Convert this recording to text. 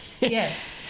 Yes